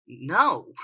No